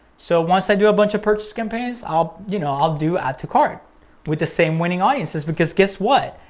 so once i do a bunch of purchase campaigns, i'll you know i'll do add to cart with the same winning audiences because guess what?